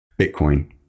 Bitcoin